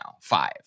five